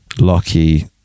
lucky